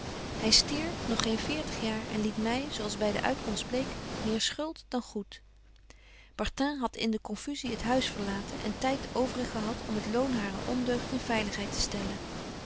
hy stierf nog geen veertig jaar en liet my zo als by de uitkomst bleek meer schuld dan goed bartin hadt in de confusie het huis verlaten en tyd overig gehad om het loon harer ondeugd in veiligheid te stellen